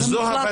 זו הבנתי.